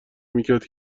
میکرد